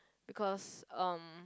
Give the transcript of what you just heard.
because um